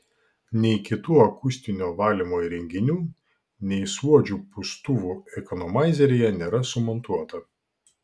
nei kitų akustinio valymo įrenginių nei suodžių pūstuvų ekonomaizeryje nėra sumontuota